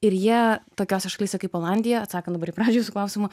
ir jie tokiose šalyse kaip olandija atsakant dabar į pradžią jūsų klausimo